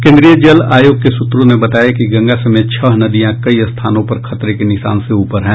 केंद्रीय जल आयोग के सूत्रों ने बताया कि गंगा समेत छह नदियां कई स्थानों पर खतरे के निशान से ऊपर हैं